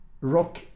Rock